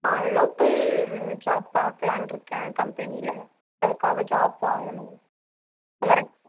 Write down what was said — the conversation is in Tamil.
லோக்கல் ஜாப் பார்க்கலான்னு இருக்கேன் கம்பெனியில் அதுக்காக ஜாப் வாங்கணும்